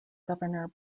governor